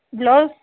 blouse